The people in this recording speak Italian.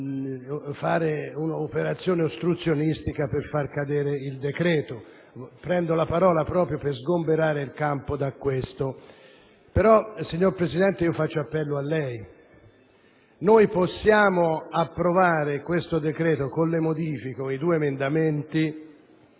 atto un'operazione ostruzionistica per far cadere il decreto. Prendo la parola proprio per sgomberare il campo da questo dubbio. Tuttavia, signor Presidente, faccio appello a lei: possiamo approvare questo decreto con le modifiche dei due emendamenti,